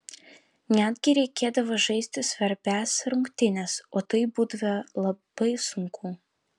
netgi reikėdavo žaisti svarbias rungtynes o tai būdavo labai sunku